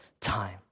time